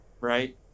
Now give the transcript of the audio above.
right